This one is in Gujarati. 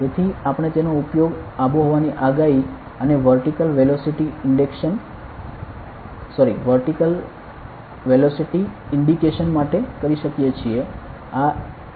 તેથી આપણે તેનો ઉપયોગ આબોહવાની આગાહી અને વર્ટીકલ વેલોસીટી ઇન્ડિકેશન માટે કરી શકીએ છીએ